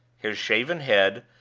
his shaven head,